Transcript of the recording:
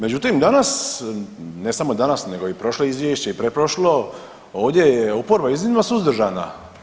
Međutim, danas, ne samo danas, nego i prošlo izvješće i pretprošlo ovdje je oporba iznimno suzdržana.